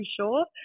sure